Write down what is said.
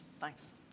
thanks